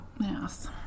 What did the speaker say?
Yes